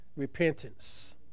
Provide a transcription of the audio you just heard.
repentance